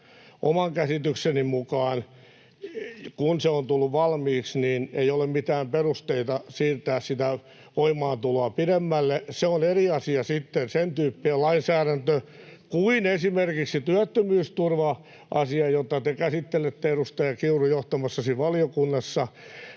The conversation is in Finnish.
oman käsitykseni mukaan, silloin kun se on tullut valmiiksi, ei ole mitään perusteita siirtää sitä voimaantuloa pidemmälle. [Krista Kiuru: On se aika poikkeuksellista!] Sitten eri asia on sen tyyppinen lainsäädäntö kuin esimerkiksi työttömyysturva-asia, jota te käsittelette, edustaja Kiuru, johtamassanne valiokunnassa.